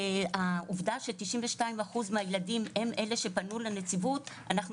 העובדה ש-92 אחוז מהילדים הם אלה שפנו לנציבות - אנחנו